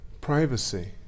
privacy